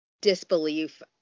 disbelief